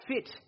fit